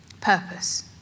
purpose